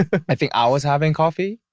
but i think i was having coffee,